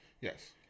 Yes